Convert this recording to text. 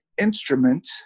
instrument